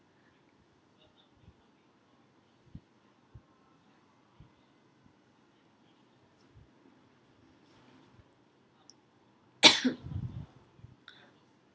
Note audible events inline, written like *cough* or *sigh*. *coughs*